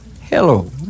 Hello